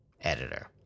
editor